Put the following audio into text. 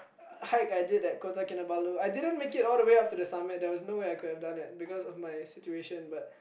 hike I did at Kota-Kinabalu I didn't make it all the way up to the summit there was no way I could have done it because of my situation but